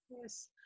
Yes